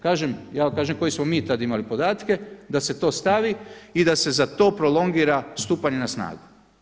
Kažem, ja vam kažem koje smo mi tad imali podatke, da se to stavi i da se za to prolongira stupanje na snagu.